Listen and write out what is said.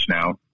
now